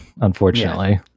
unfortunately